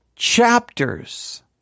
chapters